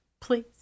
please